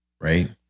right